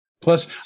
Plus